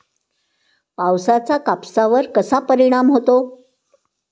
पावसाचा कापसावर कसा परिणाम होतो?